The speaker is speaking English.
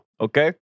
okay